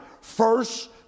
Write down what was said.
first